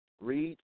Read